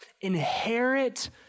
Inherit